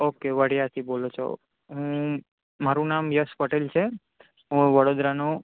okay વડીયાથી બોલો છો મારું નામ યશ પટેલ છે હું વડોદરાનો